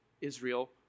Israel